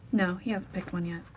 no he hasn't picked one yet.